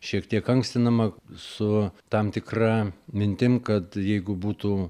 šiek tiek ankstinama su tam tikra mintim kad jeigu būtų